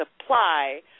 supply